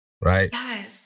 Right